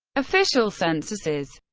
official censuses